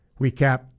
recap